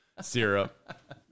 syrup